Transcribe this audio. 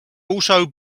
also